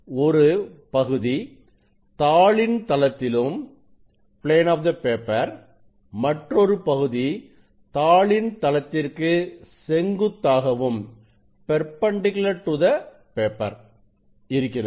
ஒரு பகுதி தாளின் தளத்திலும் மற்றொரு பகுதி தாளின் தளத்திற்கு செங்குத்தாகவும் இருக்கிறது